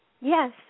Yes